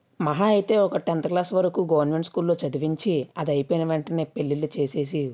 మహా అయితే ఒక టెన్త్ క్లాస్ వరకు గవర్నమెంట్ స్కూల్లో చదివించి అది అయిపోయిన వెంటనే పెళ్ళిళ్ళు చేసేసి